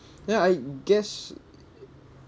ya I guess